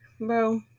Bro